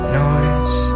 noise